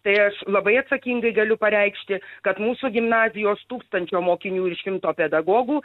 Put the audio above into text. tai aš labai atsakingai galiu pareikšti kad mūsų gimnazijos tūkstančio mokinių ir šimto pedagogų